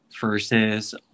versus